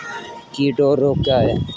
कीट और रोग क्या हैं?